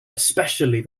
especially